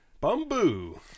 bamboo